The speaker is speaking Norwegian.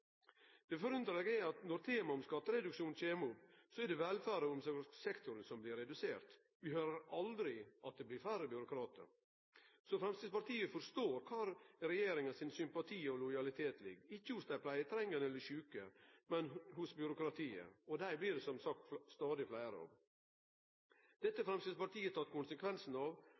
det. Det forunderlege er at når temaet skattereduksjon kjem opp, er det velferda og omsorgssektoren som blir redusert. Vi høyrer aldri at det blir færre byråkratar. Framstegspartiet forstår kvar regjeringas sympati og lojalitet ligg: ikkje hos dei pleietrengande og sjuke, men hos byråkratiet. Dei blir det som sagt stadig fleire av. Dette har Framstegspartiet teke konsekvensen av,